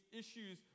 issues